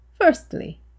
Firstly